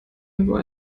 irgendwo